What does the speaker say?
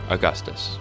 Augustus